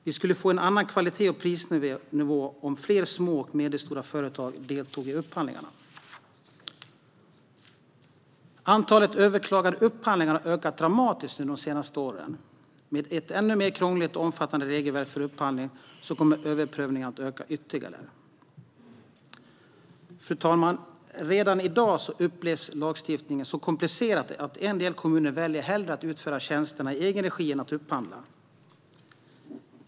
Vi skulle få en annan kvalitet och prisnivå om fler små och medelstora företag deltog i upphandlingarna. Antalet överklagade upphandlingar har ökat dramatiskt under de senaste åren. Med ett ännu mer krångligt och omfattande regelverk för upphandling kommer överprövningarna att öka ytterligare. Fru talman! Redan i dag upplevs lagstiftningen så komplicerad att en del kommuner väljer att hellre utföra tjänster i egen regi än att upphandla.